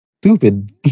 stupid